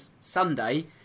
Sunday